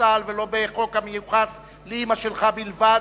צה"ל ולא בחוק המיוחס לאמא שלך בלבד,